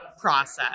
process